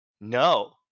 No